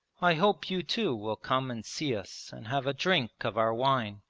i hope you too will come and see us and have a drink of our wine,